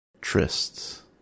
Trysts